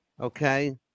Okay